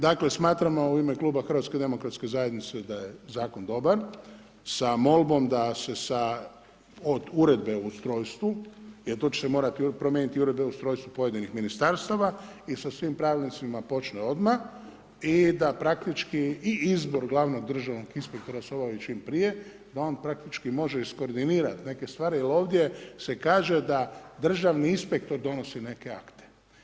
Dakle smatramo u ime kluba HDZ-a da je zakon dobar sa molbom da se sa, od uredbe o ustrojstvu jer to će se morati promijeniti i uredbe o ustrojstvu pojedinih ministarstava i sa svim pravilnicima počne odmah i da praktički i izbor glavnog državnog inspektora se obavi čim prije da on praktički može iskordinirati neke stvari jer ovdje se kaže da državni inspektor donosi neke akte.